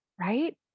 right